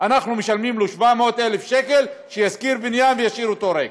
אנחנו משלמים לו 700,000 שקל שישכור בניין וישאיר אותו ריק.